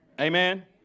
Amen